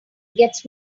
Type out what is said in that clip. gets